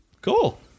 Cool